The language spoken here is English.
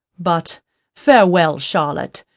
but farewel, charlotte!